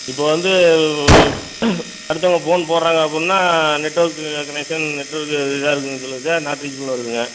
இப்போ வந்து அடுத்தவங்க ஃபோன் போடுறாங்க அப்படின்னா நெட்வொர்க் கனெக்சன் நெட்வொர்க் இதாக இருக்குன்னு சொல்லுது சார் நாட் ரீச்சபிள்னு வருதுங்க